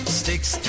sticks